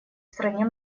стране